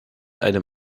einem